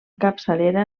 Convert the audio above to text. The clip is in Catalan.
capçalera